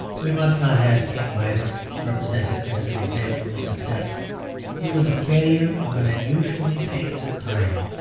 we must not have king midas represented as an example of success he was a failure of an unusually painful kind.